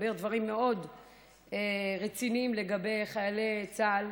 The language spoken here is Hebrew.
אומר דברים מאוד רציניים לגבי חיילי צה"ל.